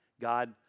God